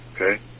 okay